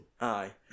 Aye